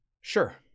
Sure